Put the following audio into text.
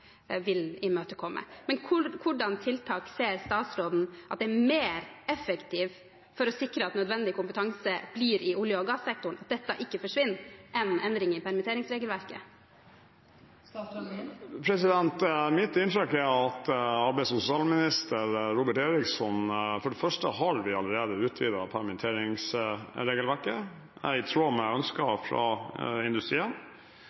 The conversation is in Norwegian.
vil imøtekomme. Men hvilke tiltak ser statsråden som mer effektive for å sikre at nødvendig kompetanse blir i olje- og gassektoren og ikke forsvinner, enn endringer i permitteringsverket? Mitt inntrykk er at arbeids- og sosialminister Robert Eriksson for det første allerede har utvidet permitteringsregelverket i tråd med ønsker fra industrien.